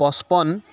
পঁচপন্ন